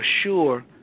assure